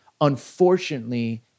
unfortunately